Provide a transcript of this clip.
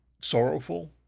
sorrowful